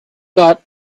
got